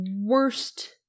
worst